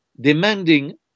demanding